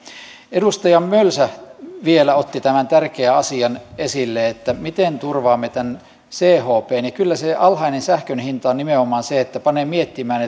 edustaja mölsä vielä otti tämän tärkeän asian esille että miten turvaamme tämän chpn kyllä se alhainen sähkön hinta on nimenomaan se joka panee miettimään